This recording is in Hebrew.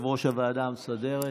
בכסלו התשפ"ג (28 בנובמבר